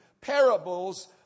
parables